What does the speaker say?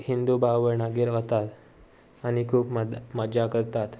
हिंदू भाव भयणागेर वतात आनी खूब मा मज्जा करतात